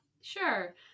Sure